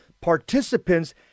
participants